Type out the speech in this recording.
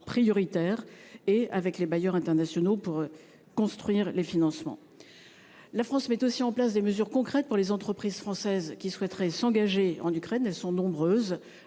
et avec les bailleurs internationaux pour construire les financements. La France met aussi en place des mesures concrètes pour les entreprises françaises qui souhaiteraient s'engager en Ukraine, elles sont nombreuses.